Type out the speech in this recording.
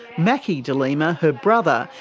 macky de lima, her brother,